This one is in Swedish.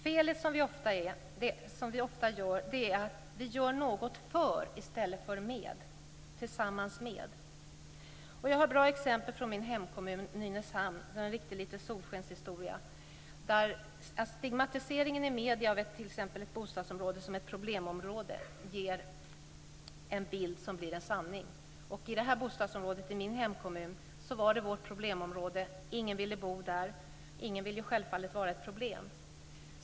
Felet vi ofta gör är att vi gör något för, i stället för tillsammans med. Jag har ett bra exempel från min hemkommun Nynäshamn. Det är en riktig liten solskenshistoria där stigmatiseringen i medierna av t.ex. ett bostadsområde som ett problemområde ger en bild som blir en sanning. Ett bostadsområde i min hemkommun var vårt problemområde. Ingen ville bo där. Ingen ville självfallet vara ett problem.